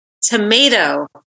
tomato